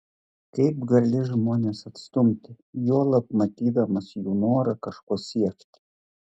kaip gali žmones atstumti juolab matydamas jų norą kažko siekti